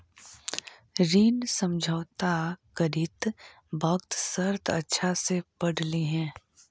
ऋण समझौता करित वक्त शर्त अच्छा से पढ़ लिहें